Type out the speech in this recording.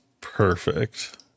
perfect